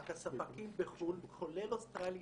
ספקים בחו"ל, כולל אוסטרליה,